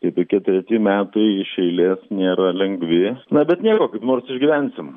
tai tokie treti metai iš eilės nėra lengvi na bet nieko kaip nors išgyvensim